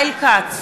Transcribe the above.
ישראל כץ,